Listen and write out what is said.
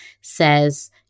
says